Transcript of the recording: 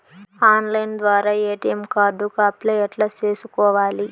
Online ద్వారా ATM card కు apply ఎట్లా సేసుకోవాలి?